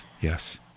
yes